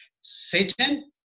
Satan